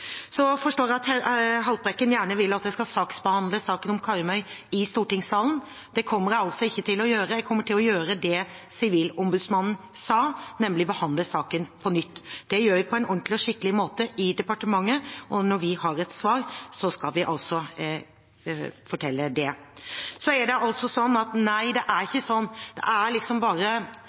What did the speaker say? forstår at Haltbrekken gjerne vil at jeg skal saksbehandle saken om Karmøy i stortingssalen. Det kommer jeg ikke til å gjøre. Jeg kommer til å gjøre det Sivilombudsmannen sa, nemlig å behandle saken på nytt. Det gjør vi på en ordentlig og skikkelig måte i departementet, og når vi har et svar, skal vi fortelle det. Det er bare i SV man tenker at jo flere innsigelser, jo lengre saksbehandlingstid, jo mer kaotiske tilstander vi har på området, dess bedre naturmangfold. Det er